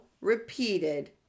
repeated